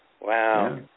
wow